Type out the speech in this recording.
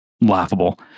laughable